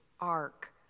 ark